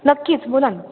नक्कीच बोला ना